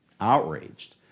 outraged